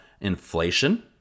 inflation